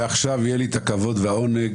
ועכשיו יהיה לי הכבוד והעונג,